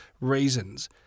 reasons